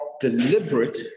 deliberate